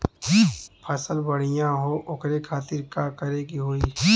फसल बढ़ियां हो ओकरे खातिर का करे के होई?